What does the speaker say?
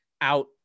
out